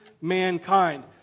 mankind